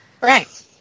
Right